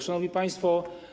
Szanowni Państwo!